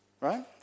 Right